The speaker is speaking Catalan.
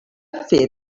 fer